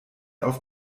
auf